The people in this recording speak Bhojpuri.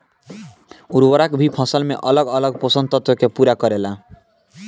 उर्वरक भी फसल में अलग अलग पोषण तत्व के पूरा करेला